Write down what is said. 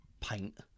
paint